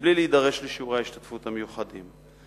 בלי להידרש לשיעורי ההשתתפות המיוחדים.